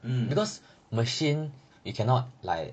um because machine you cannot like